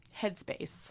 headspace